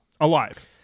Alive